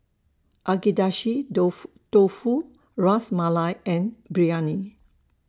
Agedashi Dofu Dofu Ras Malai and Biryani